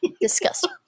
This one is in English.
Disgusting